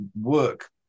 work